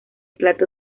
plato